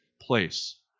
place